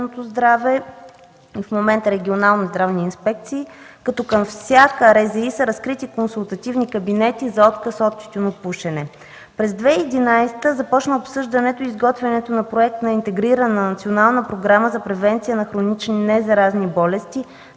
През 2011 г. започна обсъждането и изготвянето на Проект за интегрирана национална програма за превенция на хронични незаразни болести